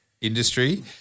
industry